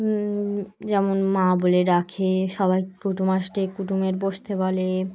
যেমন মা বলে ডাকে সবাই কুটুম আসে কুটুমদের বসতে বলে